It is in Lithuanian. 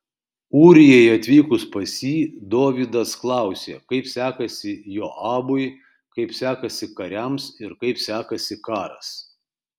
ūrijai atvykus pas jį dovydas klausė kaip sekasi joabui kaip sekasi kariams ir kaip sekasi karas